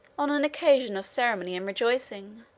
on an occasion of ceremony and rejoicing,